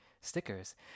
stickers